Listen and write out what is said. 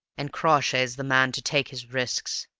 and crawshay's the man to take his risks.